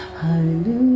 Hallelujah